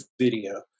video